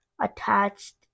attached